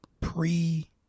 pre